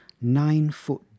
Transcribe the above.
nine-foot